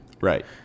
Right